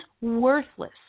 worthless